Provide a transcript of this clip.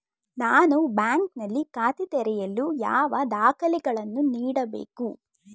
ನಾನು ಬ್ಯಾಂಕ್ ನಲ್ಲಿ ಖಾತೆ ತೆರೆಯಲು ಯಾವ ದಾಖಲೆಗಳನ್ನು ನೀಡಬೇಕು?